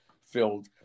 filled